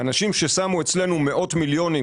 האנשים ששמו אצלנו מאות מיליונים,